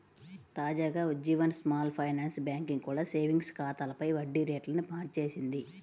తాజాగా Ujjivan small finance bank కూడా savings ఖాతాలపై వడ్డీ రేట్లను మార్చేసింది